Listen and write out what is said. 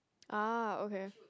ah okay